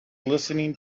listening